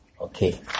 Okay